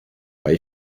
bei